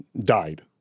Died